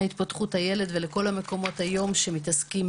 התפתחות הילד ולכל המקומות שהיום מתעסקים